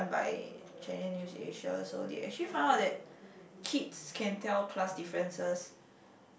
by Channel-News-Asia so they actually find out that kids can tell class differences